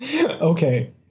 okay